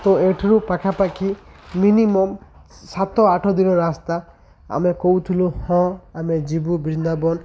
ତ ଏଠାରୁ ପାଖାପାଖି ମିନିମମ୍ ସାତ ଆଠ ଦିନ ରାସ୍ତା ଆମେ କହୁଥିଲୁ ହଁ ଆମେ ଯିବୁ ବୃନ୍ଦାବନ